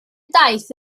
daith